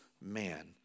man